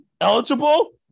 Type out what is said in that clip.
eligible